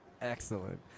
Excellent